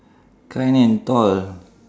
kind and tall ah